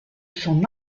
son